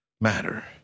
matter